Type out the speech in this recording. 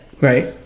Right